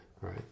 right